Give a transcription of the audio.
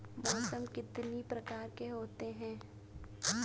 मौसम कितनी प्रकार के होते हैं?